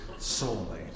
soulmate